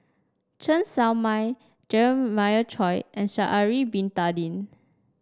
Chen Show Mao Jeremiah Choy and Sha'ari Bin Tadin